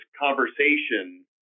conversation